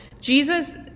Jesus